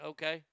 Okay